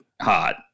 hot